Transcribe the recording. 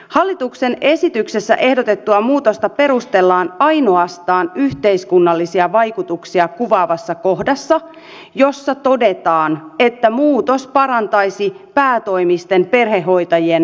hallituksen esityksessä ehdotettua muutosta perustellaan ainoastaan yhteiskunnallisia vaikutuksia kuvaavassa kohdassa jossa todetaan että muutos parantaisi päätoimisten perhehoitajien toimintaedellytyksiä